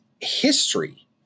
history